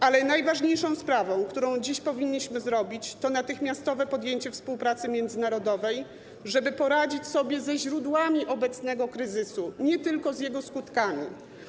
Ale najważniejszą sprawą, którą dziś powinniśmy zrobić, to natychmiastowe podjęcie współpracy międzynarodowej, żeby poradzić sobie ze źródłami obecnego kryzysu, nie tylko z jego skutkami.